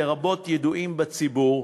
לרבות ידועים בציבור,